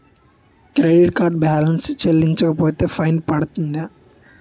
Credit card balance చెల్లించకపోతే fine పడ్తుంద?